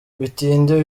bitinde